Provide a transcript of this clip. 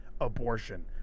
Abortion